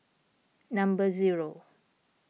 number zero